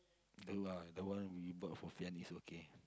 the one we bought for Fiyan is okay